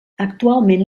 actualment